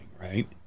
right